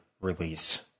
release